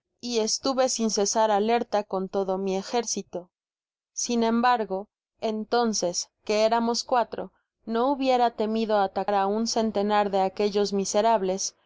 book search generated at ta con todo mi ejército sin embargo entonces que éramos cuatro no hubiera temido atacar á un centenar de aquellos miserables